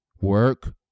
Work